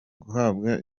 guhabwa